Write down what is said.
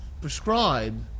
prescribed